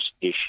issue